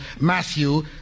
Matthew